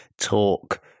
talk